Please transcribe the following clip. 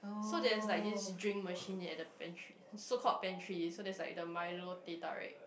so there is like this drink machine at the pa~ so called pantry so there is like the milo teh-tarik